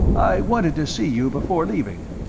i wanted to see you before leaving.